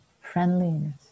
friendliness